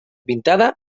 pintada